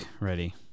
ready